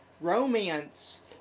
romance